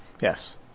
Yes